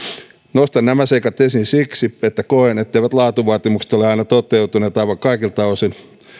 nostan nämä seikat esiin siksi että koen etteivät laatuvaatimukset ole aina toteutuneet aivan kaikilta osin